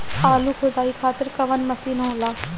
आलू खुदाई खातिर कवन मशीन होला?